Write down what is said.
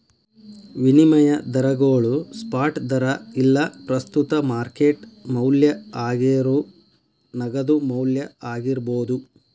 ವಿನಿಮಯ ದರಗೋಳು ಸ್ಪಾಟ್ ದರಾ ಇಲ್ಲಾ ಪ್ರಸ್ತುತ ಮಾರ್ಕೆಟ್ ಮೌಲ್ಯ ಆಗೇರೋ ನಗದು ಮೌಲ್ಯ ಆಗಿರ್ಬೋದು